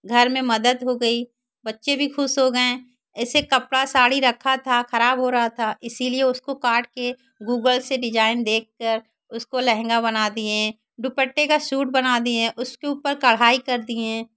घर में मदद हो गई बच्चे भी खुश हो गए ऐसे कपड़ा साड़ी रखा था खराब हो रहा था इसीलिए उसको काट कर गूगल से डिजाइन देख कर उसको लहँगा बना दिएं डुपट्टे का सूट बना दिए उसके ऊपर कढ़ाई कर दिए